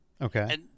Okay